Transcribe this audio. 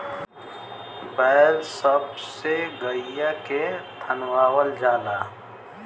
बैल सब से गईया के धनवावल जाला